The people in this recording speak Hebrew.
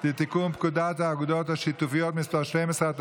לתיקון פקודת האגודות השיתופיות (מס' 12),